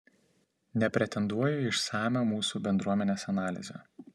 nepretenduoju į išsamią mūsų bendruomenės analizę